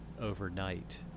overnight